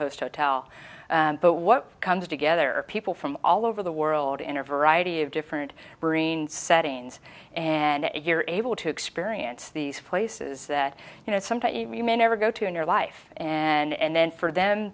host hotel but what comes together people from all over the world in are variety of different marine settings and you're able to experience these places that you know sometimes you may never go to in your life and then for them